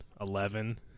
eleven